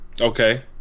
Okay